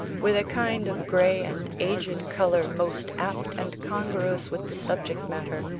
with a kind of grey and aged colour most apt and congruous with the subject-matter,